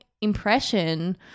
impression